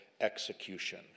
execution